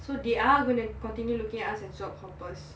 so they are going to continue looking us as job hoppers